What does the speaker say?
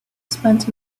spent